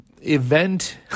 event